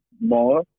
more